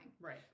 right